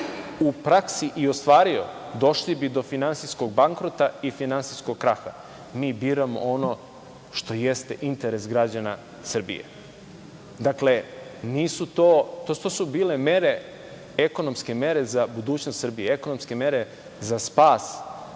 u praksi i ostvario, došli bi do finansijskog bankrota i finansijskog kraha, mi biramo ono što jeste interes građana Srbije. Dakle, to su bile ekonomske mere za budućnost Srbije, ekonomske mere za spas